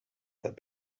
that